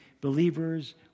believers